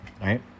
right